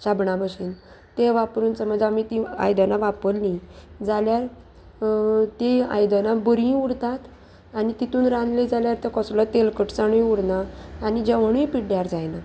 शाबणां भशेन ते वापरून समज आमी ती आयदनां वापरली जाल्यार ती आयदनां बरीय उरतात आनी तितून रांदली जाल्यार तो कसलो तेलकटसाणूय उरना आनी जेवणूय पिड्ड्यार जायना